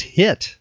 hit